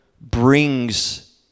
brings